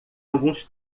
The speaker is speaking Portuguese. alguns